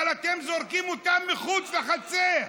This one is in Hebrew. אבל אתם זורקים אותם מחוץ לחצר.